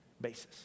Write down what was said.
basis